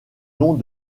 long